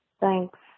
Thanks